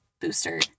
booster